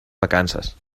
vacances